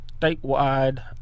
Statewide